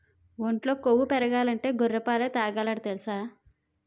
ఒంట్లో కొవ్వు పెరగాలంటే గొర్రె పాలే తాగాలట తెలుసా?